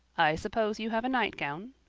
i suppose you have a nightgown?